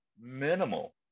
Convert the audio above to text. minimal